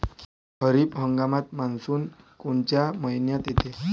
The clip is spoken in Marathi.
खरीप हंगामात मान्सून कोनच्या मइन्यात येते?